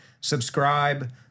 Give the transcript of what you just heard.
subscribe